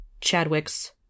Chadwick's